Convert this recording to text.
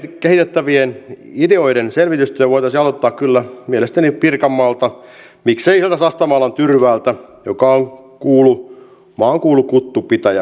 kehitettävien ideoiden selvitystyö voitaisiin aloittaa kyllä mielestäni pirkanmaalta miksei sieltä sastamalan tyrväältä joka on maankuulu kuttupitäjä